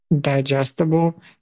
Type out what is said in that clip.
digestible